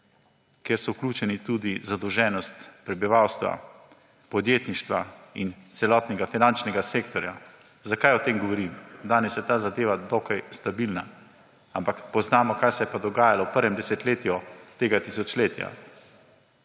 ker je vključena tudi zadolženost prebivalstva, podjetništva in celotnega finančnega sektorja. Zakaj o tem govorim? Danes je ta zadeva dokaj stabilna, ampak poznamo, kaj se je pa dogajalo v prvem desetletju tega tisočletja.